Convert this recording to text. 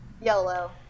Yellow